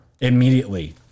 Immediately